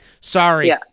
Sorry